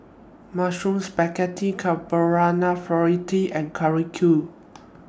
Mushroom Spaghetti Carbonara Fritada and Korokke